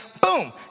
boom